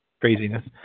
craziness